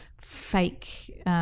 fake